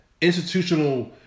Institutional